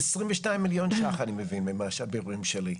עשרים ושניים מיליון שקל, אני מבין מהבירורים שלי.